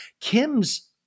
Kim's